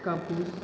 कापूस